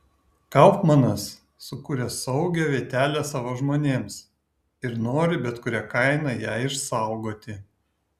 kaufmanas sukūrė saugią vietelę savo žmonėms ir nori bet kuria kaina ją išsaugoti